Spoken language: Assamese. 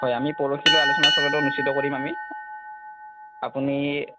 হয় আমি পৰহিলৈ আলোচনা চক্ৰটো অনুস্থিত কৰিম আমি আপুনি